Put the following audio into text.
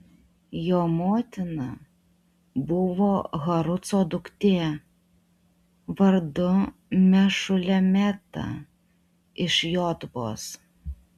jo motina buvo haruco duktė vardu mešulemeta iš jotbos